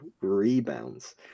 rebounds